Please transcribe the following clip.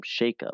shakeup